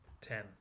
Ten